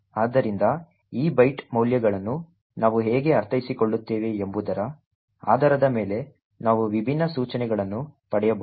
ಆದ್ದರಿಂದ ಈ ಬೈಟ್ ಮೌಲ್ಯಗಳನ್ನು ನಾವು ಹೇಗೆ ಅರ್ಥೈಸಿಕೊಳ್ಳುತ್ತೇವೆ ಎಂಬುದರ ಆಧಾರದ ಮೇಲೆ ನಾವು ವಿಭಿನ್ನ ಸೂಚನೆಗಳನ್ನು ಪಡೆಯಬಹುದು